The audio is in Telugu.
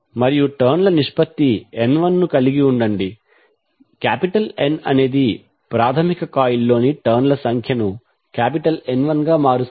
మరియు టర్న్ ల నిష్పత్తి N1 ను కలిగి ఉండండి N అనేది ప్రాధమిక కాయిల్లోని టర్న్ ల సంఖ్యను N1 గా మారుస్తుంది